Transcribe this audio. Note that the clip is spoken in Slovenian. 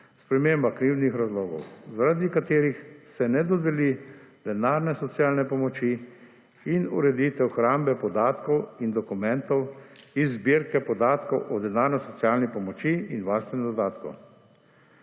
sprememba krivdnih razlogov, zaradi katerih se ne dodeli denarne socialne pomoči in ureditev hrambe podatkov in dokumentov iz zbirke podatkov o denarno socialni pomoči in varstvenem dodatku.